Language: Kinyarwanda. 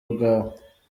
bwawe